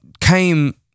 came